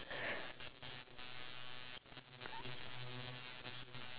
um when I was a child I wanted to be a princess